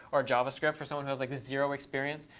or javascript for someone who has like zero experience.